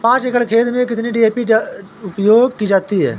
पाँच एकड़ खेत में कितनी डी.ए.पी उपयोग की जाती है?